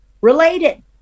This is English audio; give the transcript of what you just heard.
related